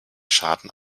schaden